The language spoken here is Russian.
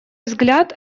взгляд